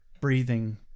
breathing